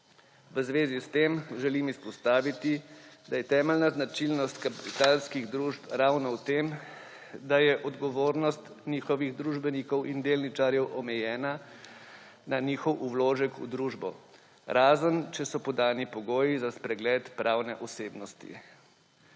V zvezi s tem želim izpostaviti, da je temeljna značilnost kapitalskih družb ravno v tem, da je odgovornost njihovih družbenikov in delničarjev omejena na njihov vložek v družbo, razen če so podani pogoji za spregled pravne osebnosti.